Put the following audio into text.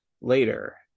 later